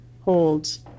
holds